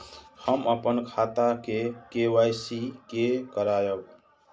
हम अपन खाता के के.वाई.सी के करायब?